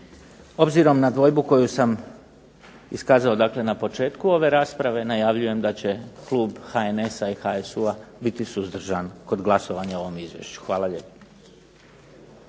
Obzirom na dvojbu koju sam iskazao dakle na početku ove rasprave najavljujem da će klub HNS-HSU-a biti suzdržan kod glasovanja o ovom izvješću. Hvala lijepo.